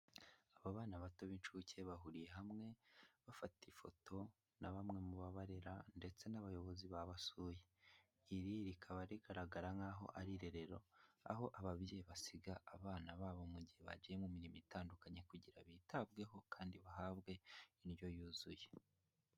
Aba bana bato b'incuke bahuriye hamwe bafata ifoto na bamwe mu babarera ndetse n'abayobozi babasuye, iri rikaba rigaragara nk'aho ari irerero aho ababyeyi basiga abana babo mu gihe bagiye mu mirimo itandukanye kugira bitabweho, kandi bahabwe indyo yuzuye.